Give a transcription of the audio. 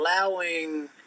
allowing